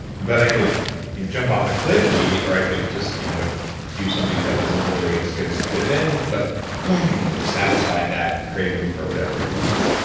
but i could you know jump off a cliff cheat or i could just you know do something that wasn't really as good as it could've been but yeah satisfied that craving for whatever it was.